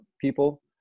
people